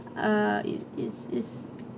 uh is is is